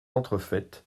entrefaites